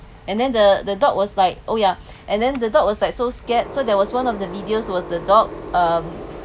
and then the the dog was like oh yeah and then the dog was like so scared so there was one of the videos was the dog um